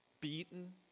beaten